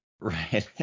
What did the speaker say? Right